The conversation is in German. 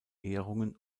ehrungen